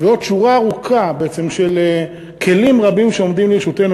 ועוד שורה ארוכה של כלים רבים שעומדים לרשותנו,